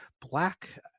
black